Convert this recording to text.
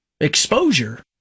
exposure